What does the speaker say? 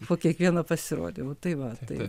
po kiekvieno pasirodymo tai va tai